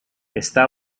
está